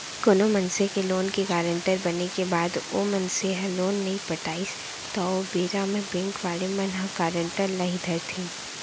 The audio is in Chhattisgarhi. कोनो मनसे के लोन के गारेंटर बने के बाद ओ मनसे ह लोन नइ पटाइस त ओ बेरा म बेंक वाले मन ह गारेंटर ल ही धरथे